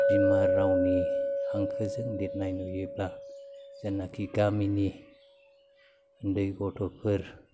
बिमा रावनि हांखोजों लिरनाय नुयोब्ला जायनोखि गामिनि उन्दै गथ'फोर